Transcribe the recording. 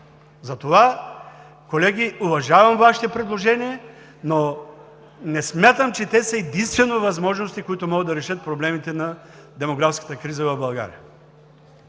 Затова, колеги, уважавам Вашите предложения, но не смятам, че те са единствени възможности, които могат да решат проблемите на демографската криза в България.